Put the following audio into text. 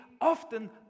often